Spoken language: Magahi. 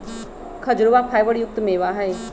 खजूरवा फाइबर युक्त मेवा हई